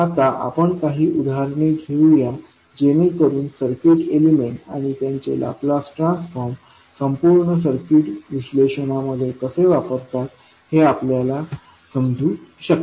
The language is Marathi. तर आता आपण काही उदाहरणे घेऊया जेणेकरुन सर्किट एलिमेंट आणि त्यांचे लाप्लास ट्रान्सफॉर्म संपूर्ण सर्किट विश्लेषणामध्ये कसे वापरतात हे आपल्याला समजू शकेल